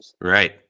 Right